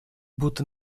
будто